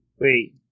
wait